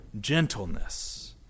gentleness